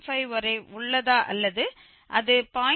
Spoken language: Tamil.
5 வரை உள்ளதா அல்லது அது 0